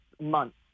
months